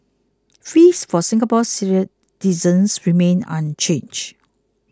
fees for Singapore citizens remain unchanged